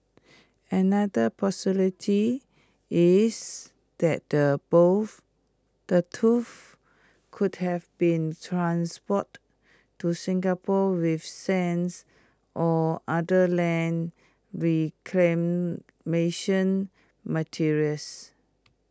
another possibility is that the both the tooth could have been transported to Singapore with sands or other land reclamation materials